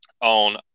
on